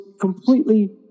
completely